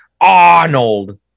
arnold